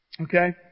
Okay